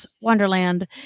wonderland